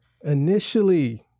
Initially